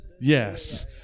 yes